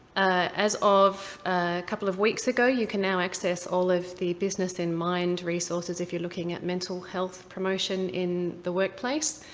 as of a couple of weeks ago you can now access all of the business in mind resources if you're looking at mental health promotion in the workplace.